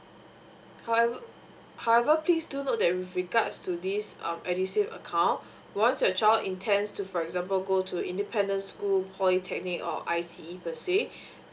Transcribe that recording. howev~ however please do note that with regards to this um edusave account once your child intends to for example go to independence school polytechnic or I_T_E per se